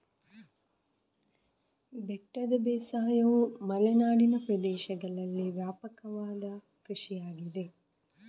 ಬೆಟ್ಟದ ಬೇಸಾಯವು ಮಲೆನಾಡಿನ ಪ್ರದೇಶಗಳಲ್ಲಿ ವ್ಯಾಪಕವಾದ ಕೃಷಿಯಾಗಿದೆ